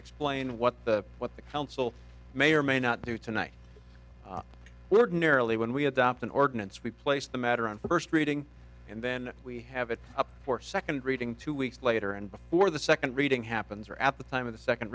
explain what what the council may or may not do tonight when we adopt an ordinance we place the matter on first reading and then we have it up for second reading two weeks later and before the second reading happens or at the time of the second